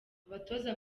abatoza